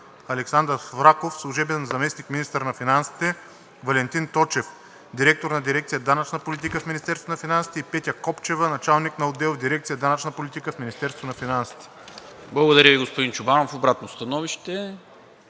Александър Свраков – служебен заместник-министър на финансите, Валентин Точев – директор на дирекция „Данъчна политика“ в Министерството на финансите, и Петя Копчева – началник на отдел в дирекция „Данъчна политика“ в Министерството на финансите. ПРЕДСЕДАТЕЛ НИКОЛА МИНЧЕВ: Благодаря Ви, господин Чобанов. Обратно становище?